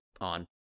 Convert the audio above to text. on